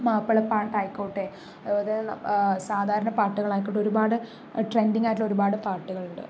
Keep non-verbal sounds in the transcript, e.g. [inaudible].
മാപ്പിളപ്പാട്ട് ആയിക്കോട്ടെ [unintelligible] സാധാരണ പാട്ടുകള് ആയിക്കോട്ടെ ഒരുപാട് ട്രെൻഡിങ് ആയിട്ടുള്ള ഒരുപാട് പാട്ടുകള് ഉണ്ട്